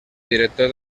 director